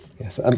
Yes